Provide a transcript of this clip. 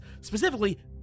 Specifically